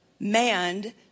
manned